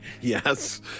Yes